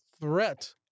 threat